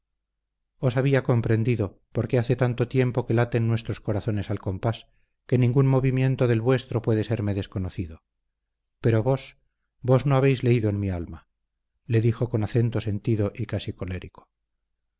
dijo os había comprendido porque hace tanto tiempo que laten nuestros corazones a compás que ningún movimiento del vuestro puede serme desconocido pero vos vos no habéis leído en mi alma le dijo con acento sentido y casi colérico